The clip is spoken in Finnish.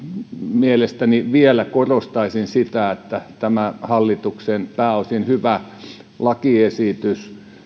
mielestäni vielä korostaisin sitä tämä hallituksen pääosin hyvä lakiesitys